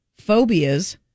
phobias